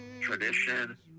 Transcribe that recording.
tradition